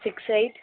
six eight